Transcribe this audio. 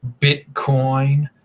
Bitcoin